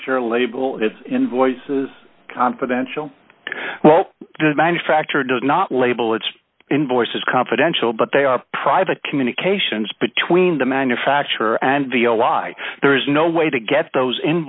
sure label it invoices confidential well the manufacturer does not label its invoices confidential but they are private communications between the manufacturer and v o y there is no way to get those in